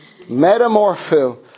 Metamorpho